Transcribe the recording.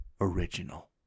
original